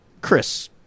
Chris